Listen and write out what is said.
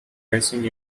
racing